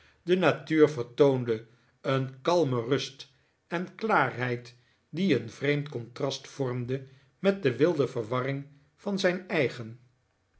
de natuur vertoonde een kalme rust en klaarheid die een vreemd contrast vormde met de wilde verwarring van zijn eigen